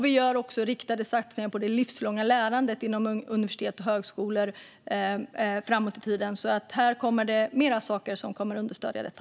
Vi gör också riktade satsningar på det livslånga lärandet inom universitet och högskolor framåt i tiden. Det kommer alltså mer saker som kommer att understödja detta.